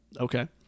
okay